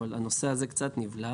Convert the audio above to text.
אבל הנושא הזה קצת נבלע